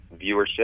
viewership